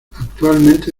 actualmente